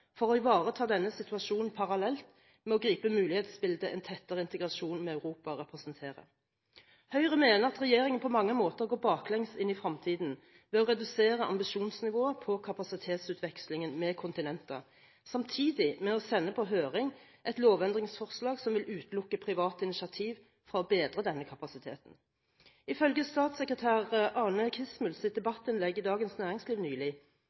for å ivareta denne situasjonen parallelt med å gripe mulighetsbildet en tettere integrasjon med Europa representerer? Høyre mener at regjeringen på mange måter går baklengs inn i fremtiden ved å redusere ambisjonsnivået på kapasitetsutvekslingen med kontinentet samtidig med å sende på høring et lovendringsforslag som vil utelukke private initiativ fra å bedre denne kapasiteten. Ifølge statssekretær Ane Hansdatter Kismuls debattinnlegg i Dagens Næringsliv nylig